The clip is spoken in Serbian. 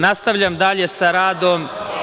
Nastavljam dalje sa radom.